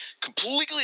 completely